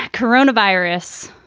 coronavirus.